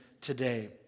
today